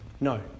no